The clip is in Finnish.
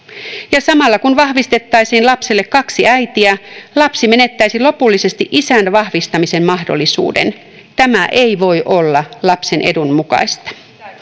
samalla kun vahvistettaisiin lapselle kaksi äitiä lapsi menettäisi lopullisesti isän vahvistamisen mahdollisuuden tämä ei voi olla lapsen edun mukaista